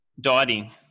dieting